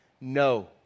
No